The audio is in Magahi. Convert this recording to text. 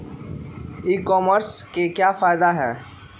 ई कॉमर्स के क्या फायदे हैं?